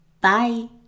bye